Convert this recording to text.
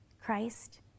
Christ